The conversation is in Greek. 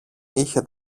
είχε